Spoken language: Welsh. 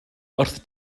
wrth